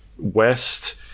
west